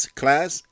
class